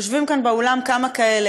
יושבים כאן באולם כמה כאלה.